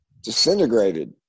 disintegrated